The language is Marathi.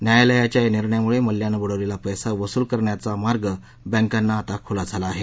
न्यायालयाच्या या निर्णयामुळे मल्ल्यानं बुडवलेला पैसा वसूल करण्याचा मार्ग बँकांना खुला झाला आहे